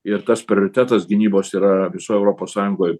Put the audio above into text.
ir tas prioritetas gynybos yra visoj europos sąjungoj